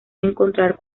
encontrar